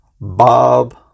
bob